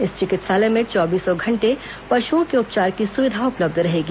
इस चिकित्सालय में चौबीसों घंटे पशुओं के उपचार की सुविधा उपलब्ध रहेगी